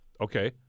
Okay